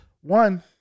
One